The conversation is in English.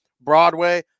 Broadway